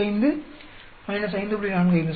85 5